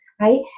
right